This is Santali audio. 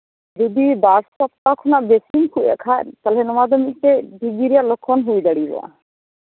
ᱡᱩᱫᱤ ᱵᱟᱨ ᱥᱚᱯᱛᱟᱦᱚ ᱠᱷᱚᱱᱟᱜ ᱵᱤᱥᱤᱢ ᱠᱷᱩᱜ ᱮᱫ ᱠᱷᱟᱱ ᱛᱟᱞᱦᱮ ᱱᱚᱶᱟ ᱫᱚ ᱢᱤᱫᱴᱮᱱ ᱴᱤ ᱵᱤ ᱨᱮᱭᱟᱜ ᱞᱚᱠᱠᱷᱚᱱ ᱦᱩᱭ ᱫᱟᱲᱮᱭᱟᱜᱼᱟ